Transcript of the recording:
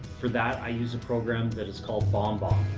for that i use a program that is called bombbomb.